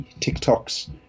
TikToks